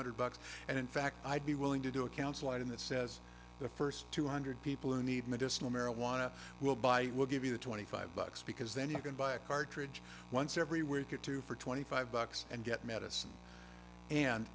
hundred bucks and in fact i'd be willing to do a council item that says the first two hundred people who need medicinal marijuana will buy will give you the twenty five bucks because then you can buy a cartridge once every week or two for twenty five bucks and get medicine and